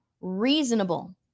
reasonable